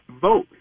vote